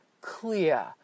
clear